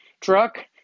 truck